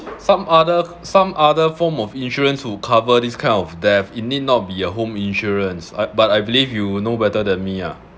some other some other form of insurance will cover these kind of theft it need not be a home insurance but I believe you know better than me ah